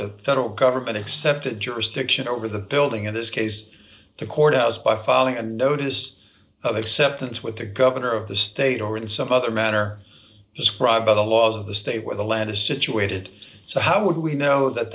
the federal government accepted jurisdiction over the building in this case the courthouse by filing and notice of acceptance with the governor of the state or in some other manner described by the laws of the state where the land is situated so how would we know that